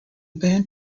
band